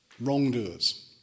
wrongdoers